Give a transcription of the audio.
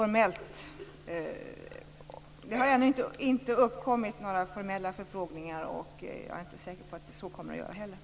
Det har ännu icke kommit några formella förfrågningar, och jag är heller inte säker på att det kommer några sådana.